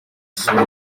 isura